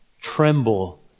tremble